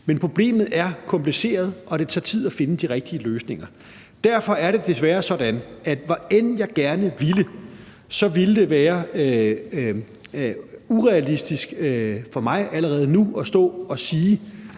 Men problemet er kompliceret, og det tager tid at finde de rigtige løsninger. Derfor er det desværre sådan, at hvor gerne jeg end ville, ville det være urealistisk for mig allerede nu at stå at sige,